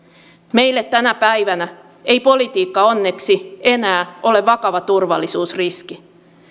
meille tänä päivänä ei politiikka onneksi enää ole vakava turvallisuusriski